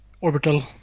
orbital